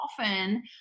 often